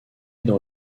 dans